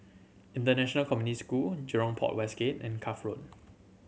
International Community School Jurong Port West Gate and Cuff Road